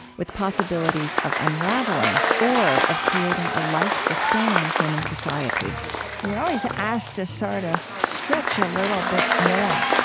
with possibilities of unraveling or of creating a life-sustaining human society you're always asked to sort of stretch a little bit more.